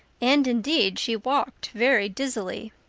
and indeed, she walked very dizzily.